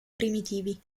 primitivi